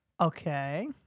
Okay